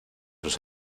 sus